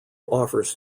offers